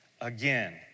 again